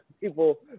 people